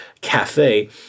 cafe